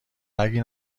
نگی